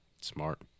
Smart